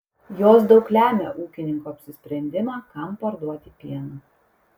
jos daug lemia ūkininko apsisprendimą kam parduoti pieną